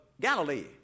Galilee